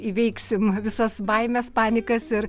įveiksim visas baimes panikas ir